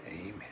Amen